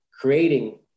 creating